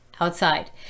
outside